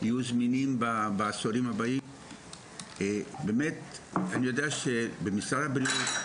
שיהיו זמינים בעשורים הבאים אני יודע שבמשרד הבריאות,